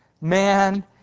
Man